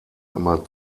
immer